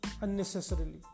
unnecessarily